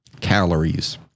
calories